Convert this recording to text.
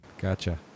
Gotcha